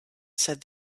said